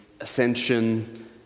ascension